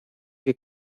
que